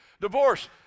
divorce